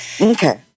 Okay